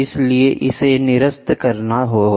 इसलिए इसे निरस्त करना होगा